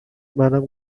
منم